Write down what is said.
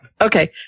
Okay